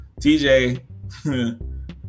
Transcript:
TJ